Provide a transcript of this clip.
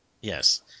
Yes